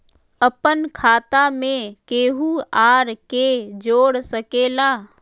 अपन खाता मे केहु आर के जोड़ सके ला?